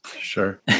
Sure